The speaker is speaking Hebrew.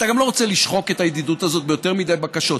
אתה גם לא רוצה לשחוק את הידידות הזאת ביותר מדי בקשות.